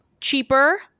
cheaper